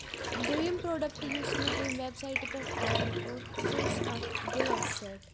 دۄٚیُم product یُس مےٚ اَمہِ ویب ساٮٔٹہِ پٮ۪ٹھ آرڈر کوٚر سُہ اوس اکھ گلاس سیٹ